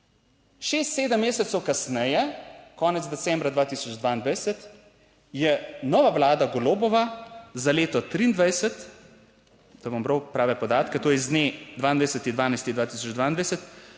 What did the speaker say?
Šest, sedem mesecev kasneje, konec decembra 2022 je nova vlada, Golobova, za leto 2023, da bom bral prave podatke, to je z dne 22. 12. 2022,